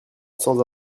sans